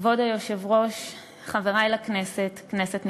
כבוד היושב-ראש, חברי לכנסת, כנסת נכבדה,